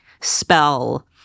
spell